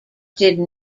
did